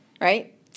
Right